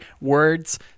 words